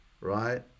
right